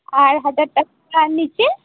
ᱟᱨ ᱦᱟᱡᱟᱨ ᱴᱟᱠᱟ ᱱᱤᱪᱮ